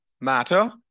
matter